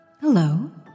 Hello